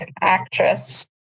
actress